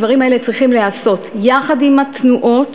הדברים האלה צריכים להיעשות יחד עם התנועה